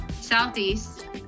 Southeast